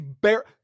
bare